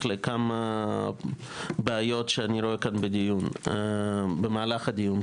לכמה בעיות שאני רואה כאן במהלך הדיון.